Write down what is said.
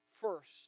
first